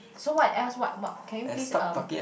so what else what what can you please um